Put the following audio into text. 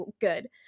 good